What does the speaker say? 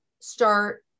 start